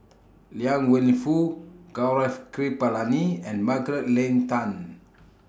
Liang Wenfu Gaurav Kripalani and Margaret Leng Tan